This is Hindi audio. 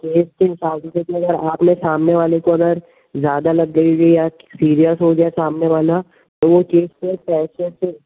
केस के हिसाब से यदि अगर आपने सामने वाले को अगर ज़्यादा लग गई होगी या सीरियस हो गया सामने वाला तो वह केस फिर पैसे से